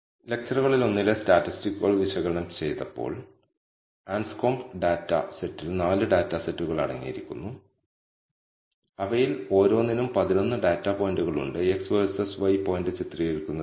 multilinear റിഗ്രഷനിൽ നമുക്ക് നിരവധി ഇൻഡിപെൻഡന്റ് വേരിയബിളുകൾ ഉള്ളപ്പോൾ ഏതൊക്കെ വേരിയബിളുകൾ പ്രാധാന്യമർഹിക്കുന്നു നമ്മൾ എല്ലാ ഇൻഡിപെൻഡന്റ് വേരിയബിളുകളും ഉപയോഗിക്കണമോ അല്ലെങ്കിൽ അവയിൽ ചിലത് ഉപേക്ഷിക്കണമോ എന്ന് കണ്ടെത്തുന്നതും പ്രധാനമാണെന്ന് നമുക്ക് കാണാം